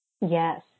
Yes